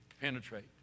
penetrate